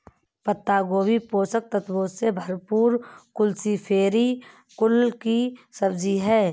पत्ता गोभी पोषक तत्वों से भरपूर क्रूसीफेरी कुल की सब्जी है